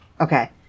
okay